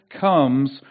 comes